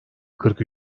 kırk